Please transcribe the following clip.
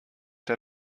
der